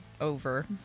Over